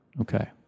okay